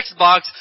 Xbox